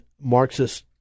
Marxist